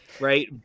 right